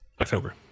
october